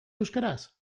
euskaraz